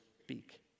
speak